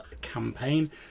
campaign